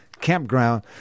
Campground